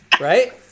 right